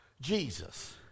Jesus